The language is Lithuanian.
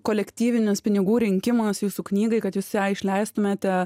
kolektyvinis pinigų rinkimas jūsų knygai kad jūs ją išleistumėte